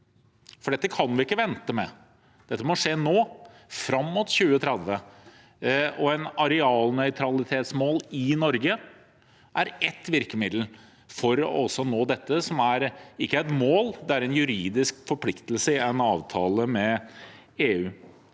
dette kan vi ikke vente med. Det må skje nå – fram mot 2030. Et arealnøytralitetsmål i Norge er ett virkemiddel for å nå det. Det er ikke et mål, men en juridisk forpliktelse i en avtale med EU.